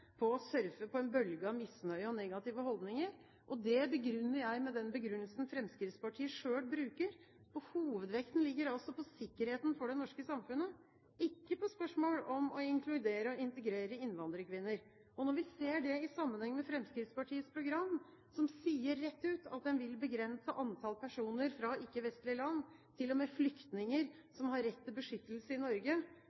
på å surfe på en bølge av misnøye og negative holdninger, og det begrunner jeg med den begrunnelsen Fremskrittspartiet selv bruker, at hovedvekten ligger på sikkerheten for det norske samfunnet og ikke på spørsmål om å inkludere og integrere innvandrerkvinner. Når vi ser det i sammenheng med Fremskrittspartiets program, som rett ut sier at en vil begrense antall personer fra ikke-vestlige land – til og med flyktninger